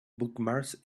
bookmarks